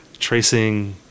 tracing